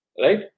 Right